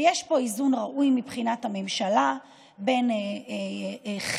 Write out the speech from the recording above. ויש פה איזון ראוי מבחינת הממשלה בין חירות